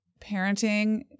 parenting